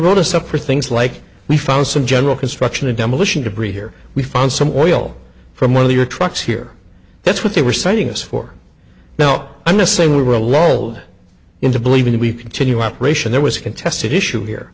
wrote us up for things like we found some general construction of demolition debris here we found some oil from one of their trucks here that's what they were sending us for now i'm not saying we were lol into believing to be continue operation there was a contested issue here